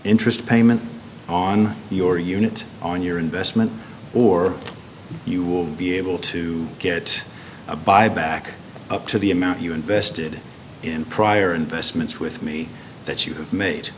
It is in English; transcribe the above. interest payment on your unit on your investment or you will be able to get a buyback up to the amount you invested in prior investments with me that you have made